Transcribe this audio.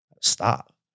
Stop